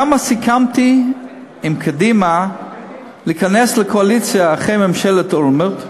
איך סיכמתי עם קדימה להיכנס לקואליציה אחרי ממשלת אולמרט.